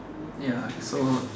ya so